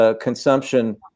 consumption